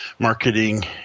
marketing